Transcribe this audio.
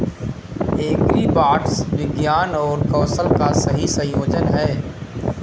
agribots विज्ञान और कौशल का सही संयोजन हैं